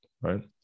right